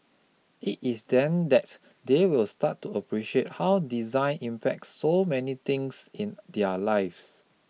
it is then that they will start to appreciate how design impacts so many things in their lives